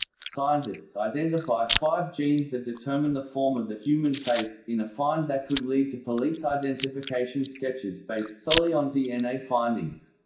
scientists identify five genes that determine the form of the human face, in a find that could lead to police identification sketches based solely on dna findings.